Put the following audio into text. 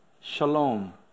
Shalom